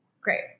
Great